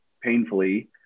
painfully